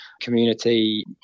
community